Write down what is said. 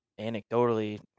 anecdotally